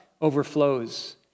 overflows